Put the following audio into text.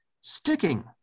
sticking